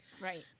right